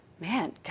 man